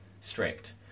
strict